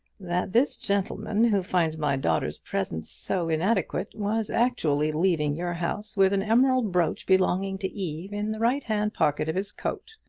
that this gentleman, who finds my daughter's presents so inadequate, was actually leaving your house with an emerald brooch belonging to eve in the righthand pocket of his coat!